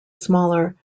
smaller